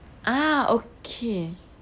ah okay